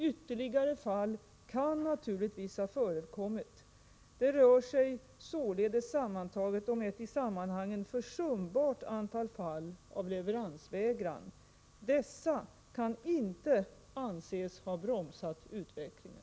Ytterligare fall kan naturligtvis ha förekommit. Det rör sig således om ett i sammanhanget försumbart antal fall av leveransvägran. Dessa kan inte anses ha bromsat utvecklingen.